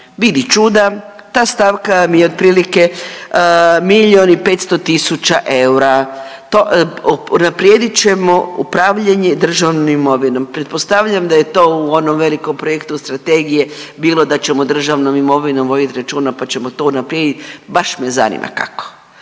Vidi čuda, ta stavka vam je otprilike milijun i 500 tisuća eura, to, unaprijedit ćemo upravljanje državnom imovinom. Pretpostavljam da je to u onom velikom projektu strategije bilo da ćemo državnom imovinom vodit računa, pa ćemo to unaprijedit, baš me zanima kako,